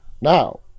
Now